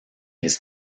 his